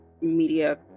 media